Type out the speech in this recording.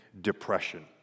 depression